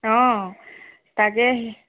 অঁ তাকে